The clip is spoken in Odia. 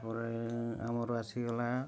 ତା'ପରେ ଆମର ଆସିଗଲା